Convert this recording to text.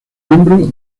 miembro